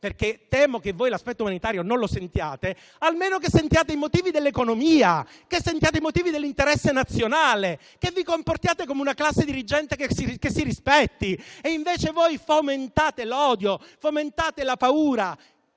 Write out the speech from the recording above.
perché temo che voi l'aspetto sanitario non lo sentiate. Spero almeno che sentiate i motivi dell'economia, che sentiate i motivi dell'interesse nazionale e vi comportiate come una classe dirigente che si rispetti. Invece voi fomentate l'odio, fomentate la paura